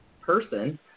person